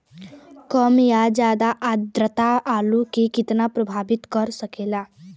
कम या ज्यादा आद्रता आलू के कितना प्रभावित कर सकेला?